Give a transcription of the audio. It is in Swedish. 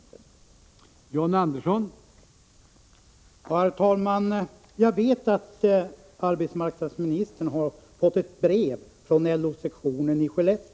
Torsdagen den